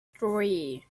three